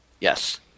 Yes